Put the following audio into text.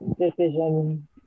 decision